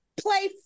play